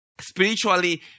Spiritually